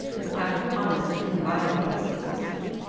without a promise of inviolable secresy.